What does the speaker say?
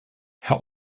herr